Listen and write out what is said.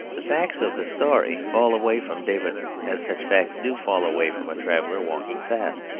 the facts of the story fall away from david as such facts do fall away from a traveller walking fast.